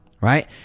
right